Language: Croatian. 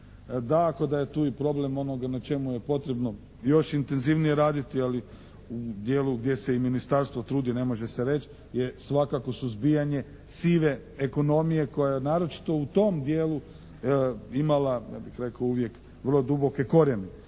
Tako da je tu i problem onog na čemu je potrebno još intenzivnije raditi ali u djelu gdje se i ministarstvo trudi ne može se reć' je svakako suzbijanje sive ekonomije koja je naročito u tom dijelu imala ja bih rekao uvijek vrlo duboke korijene.